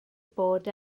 bod